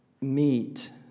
meet